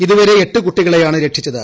ഇതുവരെ എട്ട് കുട്ടികളെയാണ് രക്ഷിച്ചത്